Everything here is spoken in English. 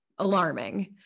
alarming